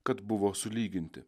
kad buvo sulyginti